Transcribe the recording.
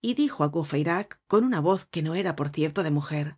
y dijo á courfeyrac con una voz que noerapor cierto de mujer el